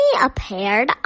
appeared